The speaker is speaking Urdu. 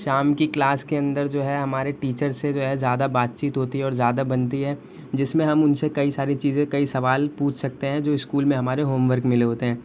شام کی کلاس کے اندر جو ہے ہمارے ٹیچر سے جو ہے زیادہ بات چیت ہوتی ہے اور زیادہ بنتی ہے جس میں ہم ان سے کئی ساری چیزیں کئی سوال پوچھ سکتے ہیں جو اسکول میں ہمارے ہوم ورک ملے ہوتے ہیں